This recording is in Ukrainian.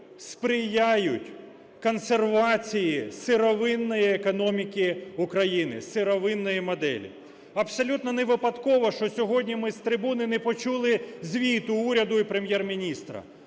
сприяють консервації сировинної економіки України, сировинної моделі. Абсолютно невипадково, що сьогодні ми з трибуни не почули звіту уряду і Прем'єр-міністра.